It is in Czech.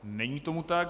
Není tomu tak.